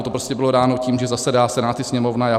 To prostě bylo dáno tím, že zasedá Senát i Sněmovna.